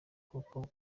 kuko